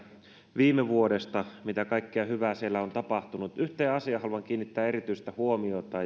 viime vuodesta mitä kaikkea hyvää siellä on tapahtunut yhteen asiaan haluan kiinnittää erityistä huomiota